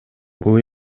бул